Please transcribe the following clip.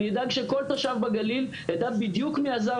אני אדאג שכל תושב בגליל ידע בדיוק מי עזר